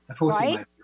right